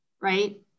Right